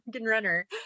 runner